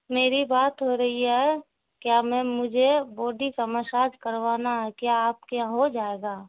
میری بات ہو رہی ہے کیا میں مجھے بوڈی کا مساج کروانا ہے کیا آپ کے یہاں ہو جائے گا